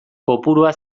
kopurua